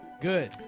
Good